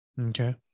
Okay